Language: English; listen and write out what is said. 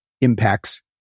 impacts